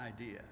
idea